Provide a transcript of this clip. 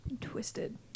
Twisted